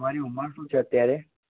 તમારી ઉંમર શું છે અત્યારે